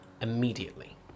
immediately